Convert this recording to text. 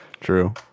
True